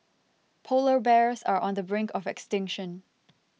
Polar Bears are on the brink of extinction